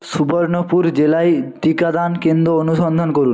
সুবর্ণপুর জেলায় টিকাদান কেন্দ্র অনুসন্ধান করুন